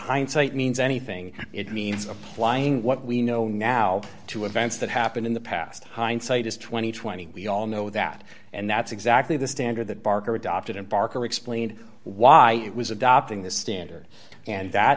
hindsight means anything it means applying what we know now to events that happened in the past hindsight is two thousand and twenty we all know that and that's exactly the standard that barker adopted and barker explained why it was adopting this standard and that